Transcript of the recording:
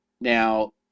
Now